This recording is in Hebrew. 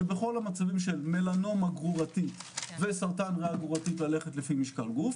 שבכל המצבים של מלנומה גרורתית וסרטן ריאה גרורתי ללכת לפי משקל גוף.